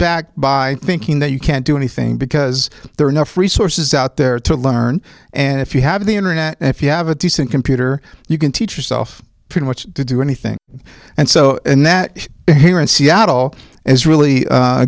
back by thinking that you can't do anything because there are enough resources out there to learn and if you have the internet if you have a decent computer you can teach yourself pretty much to do anything and so and that behavior in seattle is really a